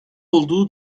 olduğu